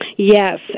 Yes